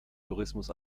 tourismus